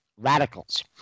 radicals